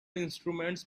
instruments